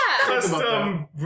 custom